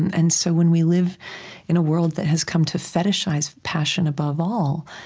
and so, when we live in a world that has come to fetishize passion above all,